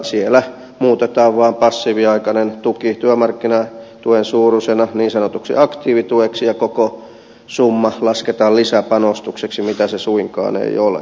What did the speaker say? siellä muutetaan vaan passiiviaikainen tuki työmarkkinatuen suuruisena niin sanotuksi aktiivitueksi ja koko summa lasketaan lisäpanostukseksi mitä se suinkaan ei ole